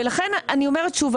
לכן אני אומרת שוב,